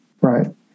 right